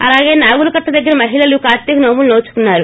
అలాగే నాగులకట్ట దగ్గర మహిళలు కార్తీక నోములు నోచుకున్నారు